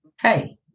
Hey